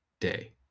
day